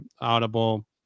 audible